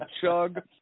chug